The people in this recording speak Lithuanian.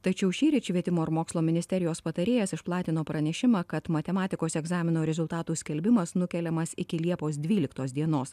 tačiau šįryt švietimo ir mokslo ministerijos patarėjas išplatino pranešimą kad matematikos egzamino rezultatų skelbimas nukeliamas iki liepos dvyliktos dienos